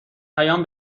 پیام